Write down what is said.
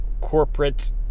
corporate